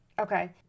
Okay